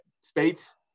Spades